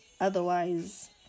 Otherwise